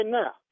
now